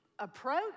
Approach